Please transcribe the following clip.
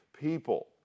people